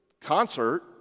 concert